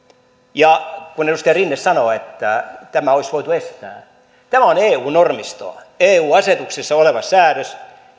kun edustaja rinne sanoo että tämä olisi voitu estää tämä on eu normistoa eu asetuksessa oleva säädös